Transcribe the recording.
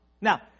Now